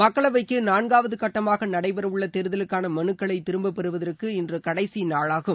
மக்களவைக்கு நான்காவது கட்டமாக நடைபெறவுள்ள தேர்தலுக்கான மனுக்களை திரும்ப பெறுவதற்கு இன்று கடைசி நாளாகும்